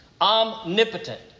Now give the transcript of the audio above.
Omnipotent